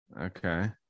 Okay